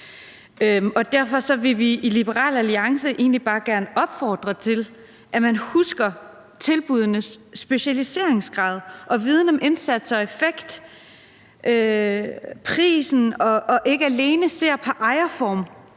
Derfor vil vi i Liberal Alliance egentlig bare gerne opfordre til, at man husker tilbuddenes specialiseringsgrad og viden om indsatsers effekt og pris og ikke alene ser på ejerform,